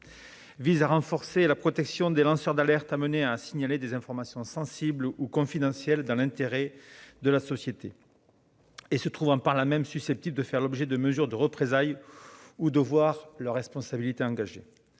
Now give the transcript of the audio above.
visent à renforcer la protection des lanceurs d'alerte amenés à signaler des informations sensibles ou confidentielles dans l'intérêt de la société et étant par là même susceptibles de faire l'objet de mesures de représailles ou de voir leur responsabilité engagée.